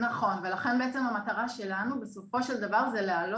זה נכון ולכן בעצם המטרה שלנו זה להעלות